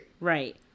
Right